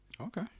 okay